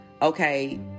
okay